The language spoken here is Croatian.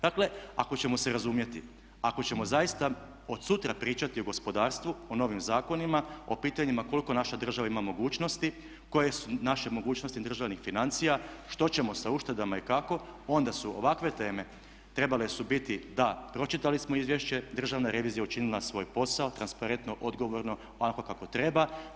Dakle, ako ćemo se razumjeti, ako ćemo zaista od sutra pričati o gospodarstvu, o novim zakonima, o pitanjima koliko naša država ima mogućnosti, koje su naše mogućnosti državnih financija, što ćemo sa uštedama i kako onda su ovakve teme trebale biti da pročitali smo izvješće, Državna revizija je učinila svoj posao transparentno, odgovorno, onako kako treba.